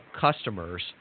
customers